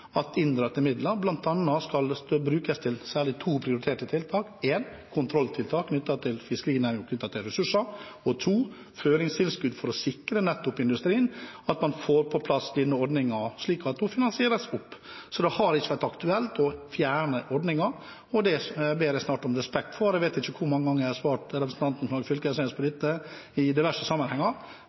at inndratte midler bl.a. skal brukes til særlig to prioriterte tiltak. Det er for det første kontrolltiltak knyttet til fiskerinæringen og til ressurser, og for det andre føringstilskudd for å sikre industrien – at man får på plass denne ordningen, slik at den blir finansiert opp. Det har ikke vært aktuelt å fjerne ordningen. Det ber jeg snart om respekt for, jeg vet ikke hvor mange ganger jeg har svart representanten Knag Fylkesnes på dette i diverse sammenhenger.